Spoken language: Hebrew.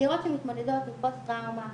צעירות שמתמודדות עם פוסט טראומה,